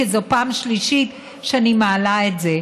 כי זאת פעם שלישית שאני מעלה את זה,